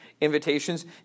invitations